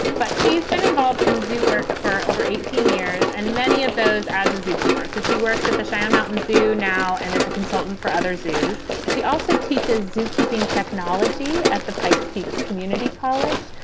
but she's been involved in zoo work for over eighteen years and many of those as a zoo. so she works at the cheyenne mountain zoo now and is a consultant for other zoos. she also teaches zoo keeping technology at the pikes peak community college.